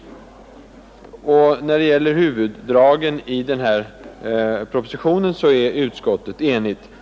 När det gäller huvuddragen i propositionen är utskottet enigt.